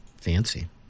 Fancy